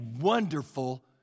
wonderful